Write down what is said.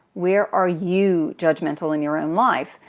where are you judgmental in your own life?